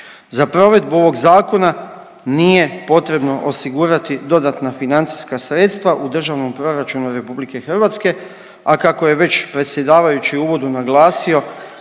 Za provedbu ovog zakona nije potrebno osigurati dodatna financijska sredstva u državnom proračunu RH, a kako je već predsjedavajući u uvodu naglasio